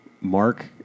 Mark